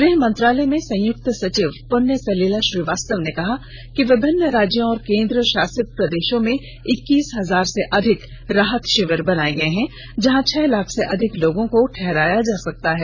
गृह मंत्रालय में संयुक्त सचिव पुण्य सलिला श्रीवास्तव ने कहा कि विभिन्न राज्यों और केंद्र शासित प्रदेशों में इक्कीस हजार से अधिक राहत शिविर बनाए गए हैं जहां छह लाख से अधिक लोगों को ठहराया जा सकता है